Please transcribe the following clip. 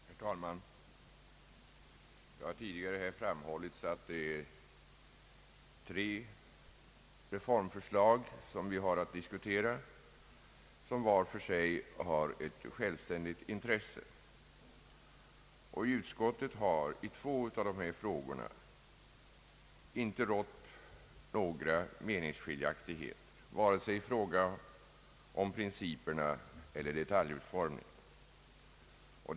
Herr talman! Det har tidigare framhållits här att vi har att diskutera tre reformförslag, vilka var för sig har ett självständigt intresse. I utskottet har i två av dessa frågor inte rått någon meningsskiljaktighet vare sig i fråga om principerna eller i fråga om detaljutformningen.